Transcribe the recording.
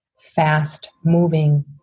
fast-moving